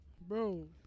Bro